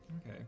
Okay